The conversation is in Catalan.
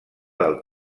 del